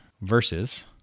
versus